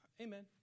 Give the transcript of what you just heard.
Amen